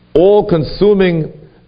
all-consuming